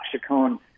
Chacon